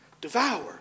devour